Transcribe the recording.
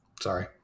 Sorry